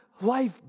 life